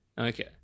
Okay